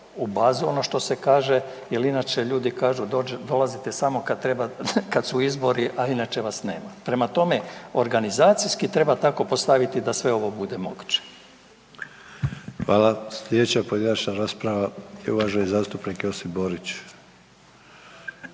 u bazu ono što se kažem, jer inače ljudi kažu dolazite samo kada su izbori a inače vas nema. Prema tome, organizacijski treba tako postaviti da sve ovo bude moguće. **Sanader, Ante (HDZ)** Hvala. Sljedeća pojedinačna rasprava je uvaženi zastupnik Josip Borić.